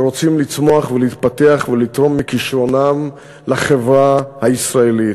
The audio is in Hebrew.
שרוצים לצמוח ולהתפתח ולתרום מכישרונם לחברה הישראלית.